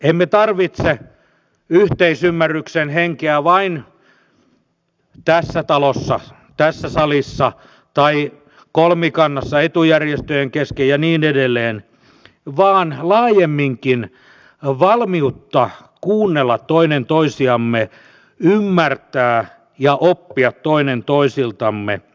emme tarvitse yhteisymmärryksen henkeä vain tässä talossa tässä salissa tai kolmikannassa etujärjestöjen kesken ja niin edelleen vaan laajemminkin valmiutta kuunnella toinen toisiamme ymmärtää ja oppia toinen toisiltamme